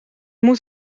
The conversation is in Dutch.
moet